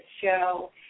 show